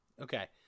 Okay